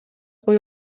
кое